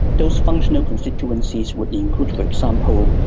those functional constituencies would include, for example,